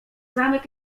zamek